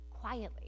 quietly